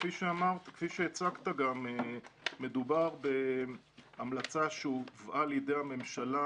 כפי שהצגת מדובר בהמלצה שהובאה לידי הממשלה,